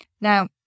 Now